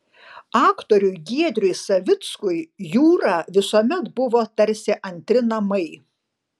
aktoriui giedriui savickui jūra visuomet buvo tarsi antri namai